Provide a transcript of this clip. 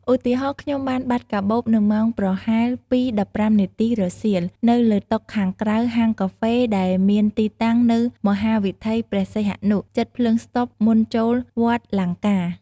ឧទាហរណ៍ "ខ្ញុំបានបាត់កាបូបនៅម៉ោងប្រហែល ២:១៥ នាទីរសៀល នៅលើតុខាងក្រៅហាងកាហ្វេដែលមានទីតាំងនៅមហាវិថីព្រះសីហនុ ជិតភ្លើងស្តុបមុនចូលវត្តលង្កា"។